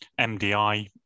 mdi